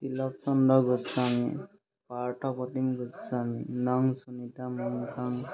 তিলকচন্দ্ৰ গোস্বামী প্ৰাৰ্থ প্ৰতিম গোস্বামী নং চুনিতা মনখান